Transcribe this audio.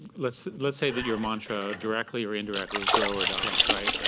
let's let's say that you're mantra, directly or indirectly, is grow or die, right?